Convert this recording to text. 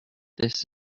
this